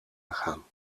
gegaan